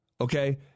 okay